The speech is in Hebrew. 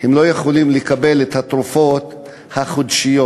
ולכן הם לא יכולים לקבל את התרופות החודשיות,